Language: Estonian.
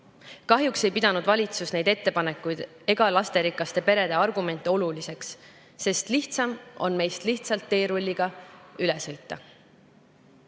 Kahjuks ei pidanud valitsus neid ettepanekuid ega lasterikaste perede argumente oluliseks, sest lihtsam on meist lihtsalt teerulliga üle sõita.